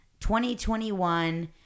2021